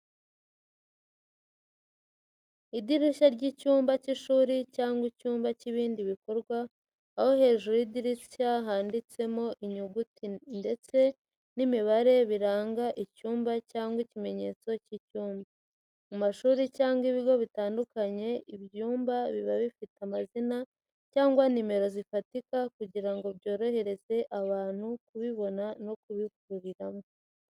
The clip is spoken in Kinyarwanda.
Idirishya ry'icyumba cy'ishuri cyangwa icyumba cy'ibindi bikorwa, aho hejuru y'idirishya handitsemo inyuguti ndetse n'imibare biranga icyumba cyangwa ikimenyetso cy'icyumba. Mu mashuri cyangwa ibigo bitandukanye ibyumba biba bifite amazina cyangwa nimero zifatika kugira ngo byorohereze abantu kubibona no kubihuriramo.